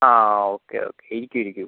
ആ okay okay ഇരിക്കൂ ഇരിക്കൂ